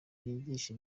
ryigisha